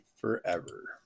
forever